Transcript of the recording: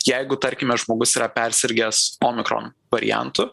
jeigu tarkime žmogus yra persirgęs omikron variantu